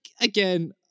again